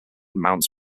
mount